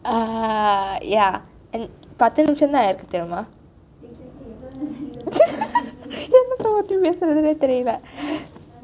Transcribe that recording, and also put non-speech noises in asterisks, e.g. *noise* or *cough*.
err yah and பத்து நிமிஷம் தான் இருக்கு தெரியுமா:pattu nimisham thaan irukku theriyuma: *laughs* எதைப் பற்றி பேசுறதுனு தெரியலை:ethai patri pesurathunu theriyalai